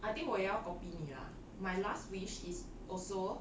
I think 我要 copy 你 lah my last wish is also